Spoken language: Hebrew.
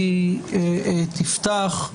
היא תפתח.